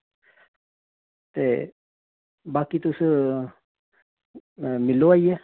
ते बाकी तुस मिलो आइयै